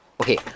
Okay